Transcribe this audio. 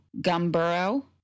Gumboro